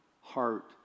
heart